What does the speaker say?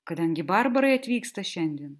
kadangi barbarai atvyksta šiandien